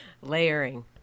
Layering